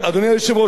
אדוני היושב-ראש,